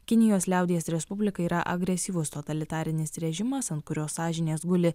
kinijos liaudies respublika yra agresyvus totalitarinis režimas ant kurio sąžinės guli